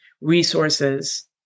resources